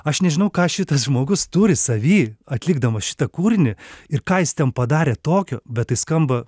aš nežinau ką šitas žmogus turi savy atlikdamas šitą kūrinį ir ką jis ten padarė tokio bet tai skamba